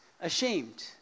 ashamed